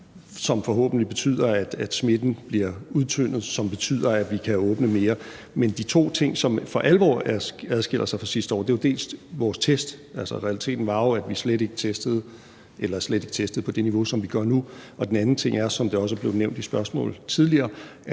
som forhåbentlig betyder, at smitten bliver udtyndet, hvilket betyder, at vi kan åbne mere. Men de to ting, som for alvor adskiller sig fra sidste år, er jo for det første vores test. Altså, realiteten var jo, at vi slet ikke testede på det niveau, som vi gør nu. Og den anden ting er, som det også er blevet nævnt i spørgsmål tidligere,